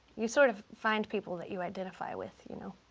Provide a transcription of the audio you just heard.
you sort of find people that you identify with, you know?